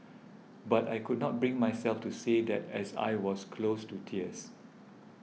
but I could not bring myself to say that as I was close to tears